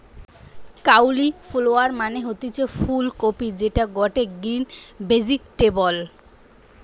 cauliflower মানে হতিছে ফুল কপি যেটা গটে গ্রিন ভেজিটেবল